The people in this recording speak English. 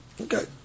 Okay